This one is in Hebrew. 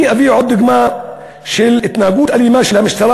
אני אביא עוד דוגמה של התנהגות אלימה של המשטרה,